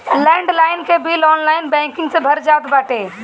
land line के bill online banking से भरा जात बाटे